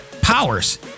powers